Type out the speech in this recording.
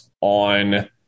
on